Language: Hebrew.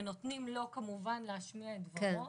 ונותנים לו כמובן להשמיע את דבריו,